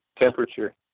temperature